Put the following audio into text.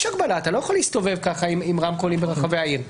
יש הגבלה ואתה לא יכול להסתובב עם רמקולים ברחבי העיר.